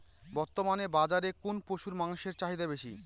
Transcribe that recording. বর্তমান বাজারে কোন পশুর মাংসের চাহিদা বেশি?